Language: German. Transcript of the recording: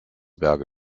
berge